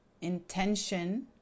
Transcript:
intention